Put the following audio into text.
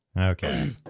Okay